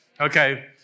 Okay